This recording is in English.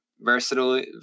versatile